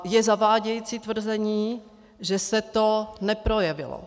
Je zavádějící tvrzení, že se to neprojevilo.